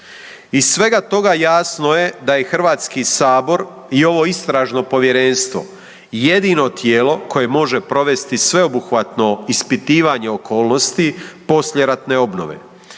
Iz svega toga jasno je da je HS i ovo istražno povjerenstvo jedino tijelo koje može provesti sveobuhvatno ispitivanje okolnosti poslijeratne obnove.